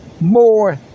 more